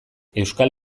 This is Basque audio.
euskal